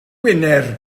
gwener